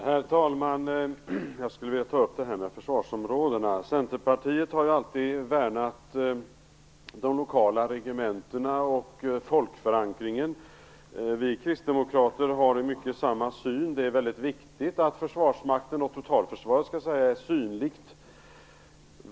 Herr talman! Jag skulle vilja ta upp frågan om försvarsområden. Centerpartiet har alltid värnat de lokala regementena och folkförankringen. Vi kristdemokrater har i mycket samma syn. Det är väldigt viktigt att Försvarsmakten och totalförsvaret är synligt.